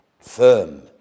firm